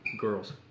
girls